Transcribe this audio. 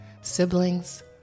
siblings